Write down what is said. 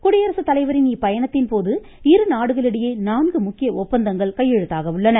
குடியரசுத்தலைவரின் இப்பயணத்தின்போது இரு நாடுகளிடையே நான்கு முக்கிய ஒப்பந்தங்கள் கையெழுத்தாக உள்ளன